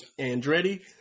Andretti